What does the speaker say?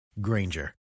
Granger